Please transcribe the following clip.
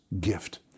gift